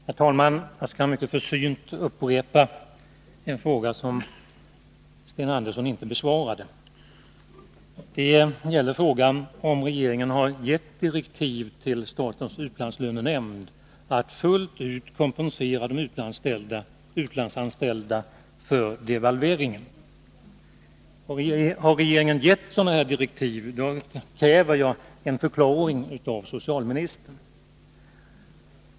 Herr talman! Jag skall mycket försynt upprepa en fråga som Sten Andersson inte besvarade: Har regeringen gett direktiv till statens utlandslönenämnd om att fullt ut kompensera de utlandsanställda för devalveringen? Har regeringen gett sådana direktiv kräver jag en förklaring av socialministern.